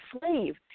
slave